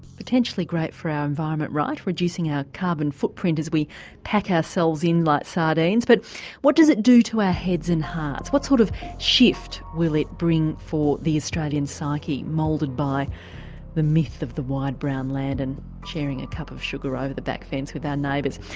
potentially great for our environment, right reducing our carbon footprint as we pack ourselves in like sardines? but what does it do to our heads and hearts, what sort of shift will it bring for the australian psyche moulded by the myth of the wide brown land and sharing a cup of sugar over the back fence with our neighbours?